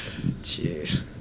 Jeez